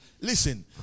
Listen